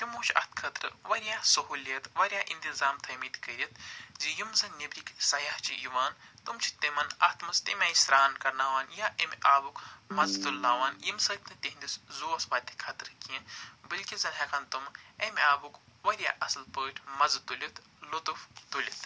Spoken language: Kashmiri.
تِمو چھِ اتھ خٲطرٕ وارِیاہ سہوٗلیت وارِیاہ انتظام تھٲمٕتۍ کٔرِتھ زِ یِم زن ییٚتِکۍ سیاہ چھِ یِوان تِم چھِ تِمن اتھ منٛز تمہِ آیہِ سران کرناوان یا امہِ آبُک مَزٕ تُلنان ییٚمہِ سۭتۍ نہٕ تِہنٛدِس زُوس واتہِ خطرٕ کیٚنٛہہ بلکہِ زن ہٮ۪کن تِم امہِ آبُک وارِیاہ اَصٕل پٲٹھۍ مَزٕ تُلِتھ لُطف تُلِتھ